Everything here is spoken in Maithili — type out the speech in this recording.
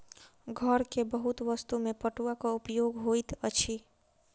घर के बहुत वस्तु में पटुआक उपयोग होइत अछि